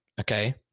okay